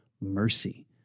mercy